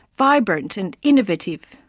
vibrant and innovative.